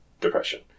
depression